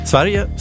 Sverige